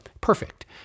perfect